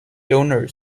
donor